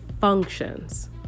functions